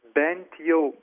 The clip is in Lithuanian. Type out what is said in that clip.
bent jau